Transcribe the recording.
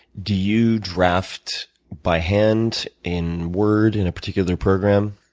do you draft by hand, in word, in a particular program?